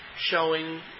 showing